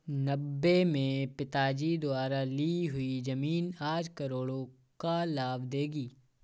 नब्बे में पिताजी द्वारा ली हुई जमीन आज करोड़ों का लाभ देगी